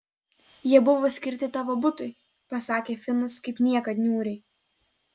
jie buvo skirti tavo butui pasakė finas kaip niekad niūriai